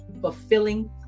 Fulfilling